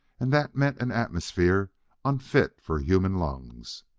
and that meant an atmosphere unfit for human lungs!